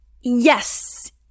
yes